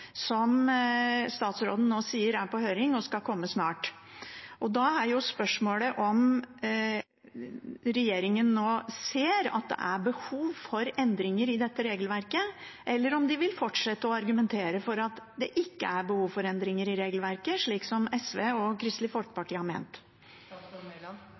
som statsråden nå sier er på høring og skal komme snart, er jo spørsmålet om regjeringen nå ser at det er behov for endringer i dette regelverket, eller om de vil fortsette å argumentere for at det ikke er behov for endringer i regelverket, slik som SV og